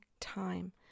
time